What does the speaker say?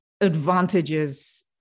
advantages